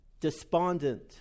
despondent